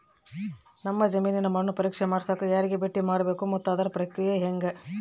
ನಮ್ಮ ಜಮೇನಿನ ಮಣ್ಣನ್ನು ಪರೇಕ್ಷೆ ಮಾಡ್ಸಕ ಯಾರಿಗೆ ಭೇಟಿ ಮಾಡಬೇಕು ಮತ್ತು ಅದರ ಪ್ರಕ್ರಿಯೆ ಹೆಂಗೆ?